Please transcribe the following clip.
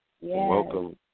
Welcome